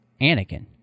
Anakin